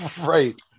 Right